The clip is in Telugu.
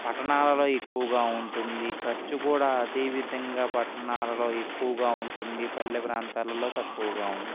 పట్టణాలలో ఎక్కువగా ఉంటుంది ఖర్చు కూడా అదేవిధంగా పట్టణాలలో ఎక్కువగా ఉంటుంది పల్లె ప్రాంతాలలో తక్కువగా ఉంటుంది